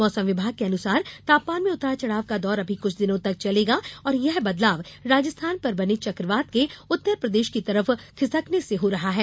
मौसम विभाग के अनुसार तापमान में उतार चढ़ाव का दौर अभी कुछ दिनों तक चलेगा और यह बदलाव राजस्थान पर बने चक्रवात के उत्तरप्रदेश की तरफ खिसकने से हो रहा है